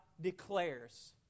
declares